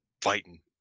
fighting